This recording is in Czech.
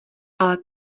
ale